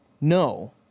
No